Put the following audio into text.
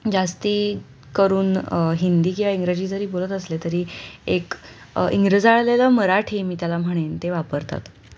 जास्त करून हिंदी किंवा इंग्रजी जरी बोलत असले तरी एक इंग्रजाळलेलं मराठी मी त्याला म्हणेन ते वापरतात